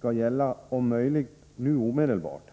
träder i kraft om möjligt nu omedelbart.